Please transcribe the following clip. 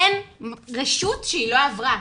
אין רשות שהיא לא עברה.